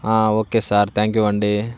okay sir thank you అండీ